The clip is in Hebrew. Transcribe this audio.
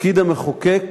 הפקיד המחוקק,